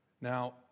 Now